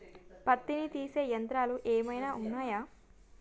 పత్తిని తీసే యంత్రాలు ఏమైనా ఉన్నయా?